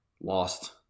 Lost